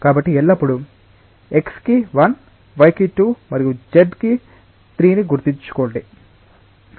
కాబట్టి ఎల్లప్పుడూ x కి 1 y కి 2 మరియు z కి 3 గుర్తుంచుకోండి